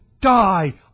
die